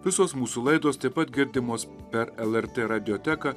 visos mūsų laidos taip pat girdimos per lrt radioteką